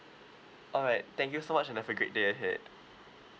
alright thank you so much and have a great day ahead